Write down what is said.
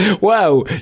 Wow